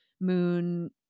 moon